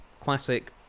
classic